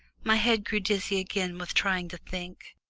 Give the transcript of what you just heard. my head grew dizzy again with trying to think,